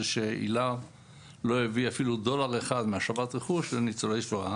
שאיל"ר לא הביא אפילו דולר אחד מהשבת רכוש לניצולי שואה,